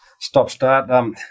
stop-start